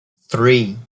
three